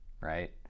right